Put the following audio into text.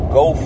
go